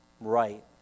right